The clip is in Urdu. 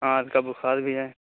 ہاں ہلکا بُخار بھی ہے